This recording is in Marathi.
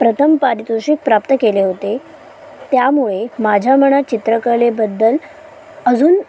प्रथम पारितोषिक प्राप्त केले होते त्यामुळे माझ्या मनात चित्रकलेबद्दल अजून